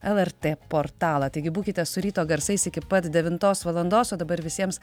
lrt portalą taigi būkite su ryto garsais iki pat devintos valandos o dabar visiems